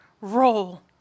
roll